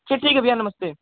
च ठीक हे भैया नमस्ते